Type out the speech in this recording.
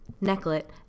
necklet